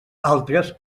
altres